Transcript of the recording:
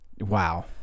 Wow